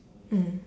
mm